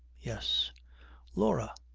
yes laura.